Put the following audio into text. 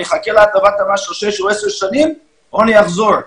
אני אחכה להטבת המס של שש או עשר שנים או אני אחזור'.